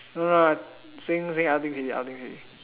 no no no I saying saying other things already other things already